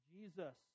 Jesus